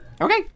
Okay